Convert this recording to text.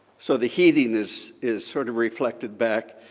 so the heatiness is sort of reflected back.